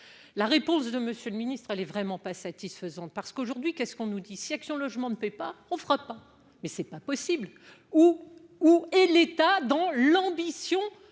la réponse de monsieur le ministre, elle est vraiment pas satisfaisantes parce qu'aujourd'hui, qu'est-ce qu'on nous dit si Action logement ne paie pas, on fera pas mais c'est pas possible. Hou hou et l'État, dont l'ambition